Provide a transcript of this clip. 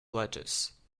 lettuce